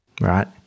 Right